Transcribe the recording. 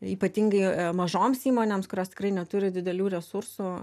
ypatingai mažoms įmonėms kurios tikrai neturi didelių resursų